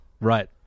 Right